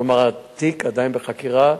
כלומר, התיק עדיין בחקירה,